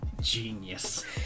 Genius